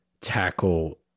tackle